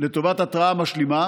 לטובת התרעה משלימה.